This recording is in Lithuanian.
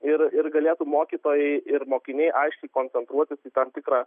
ir ir galėtų mokytojai ir mokiniai aiškiai koncentruotis į tam tikrą